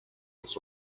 his